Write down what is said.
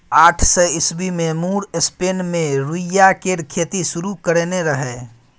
आठ सय ईस्बी मे मुर स्पेन मे रुइया केर खेती शुरु करेने रहय